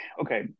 okay